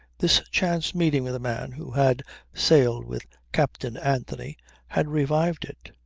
this chance meeting with a man who had sailed with captain anthony had revived it.